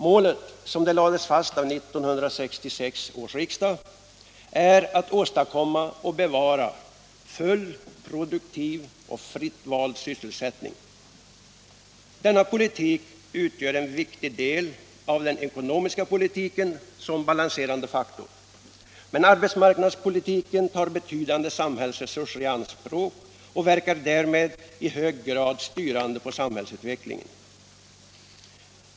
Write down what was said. Målet — som det lades fast av 1966 års riksdag — är att åstadkomma och bevara full, produktiv och fritt vald sysselsättning. Denna politik utgör en viktig del av den ekonomiska politiken som balanserande faktor. Men arbetsmarknadspolitiken tar betydande samhällsresurser i anspråk och verkar därmed i hög grad styrande på samhällsutvecklingen.